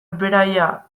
beraia